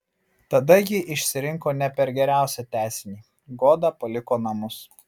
tada ji išsirinko ne per geriausią tęsinį goda paliko namus